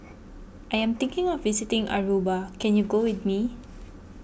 I am thinking of visiting Aruba can you go with me